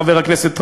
חבר הכנסת גטאס.